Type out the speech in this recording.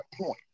point